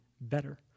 better